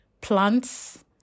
plants